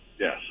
Yes